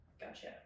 Gotcha